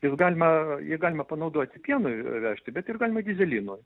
jis galima jį galima panaudoti pienui vežti bet ir galima dyzelinui